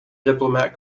diplomat